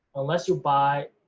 unless you buy